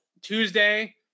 Tuesday